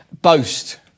Boast